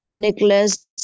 Nicholas